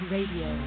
Radio